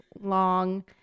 long